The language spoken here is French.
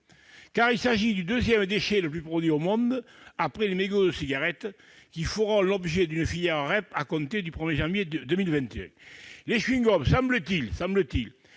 Il s'agit du deuxième déchet le plus produit au monde après les mégots de cigarette, qui feront l'objet d'une filière REP à compter du 1 janvier 2021. Les chewing-gums, semble-t-il, peuvent